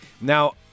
Now